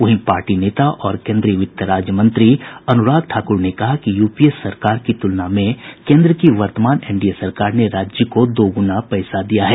वहीं पार्टी नेता और केन्द्रीय वित्त राज्य मंत्री अनुराग ठाकुर ने कहा कि यूपीए सरकार की तुलना में केन्द्र की वर्तमान एनडीए सरकार ने राज्य को दोगुना पैसा दिया है